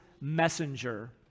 messenger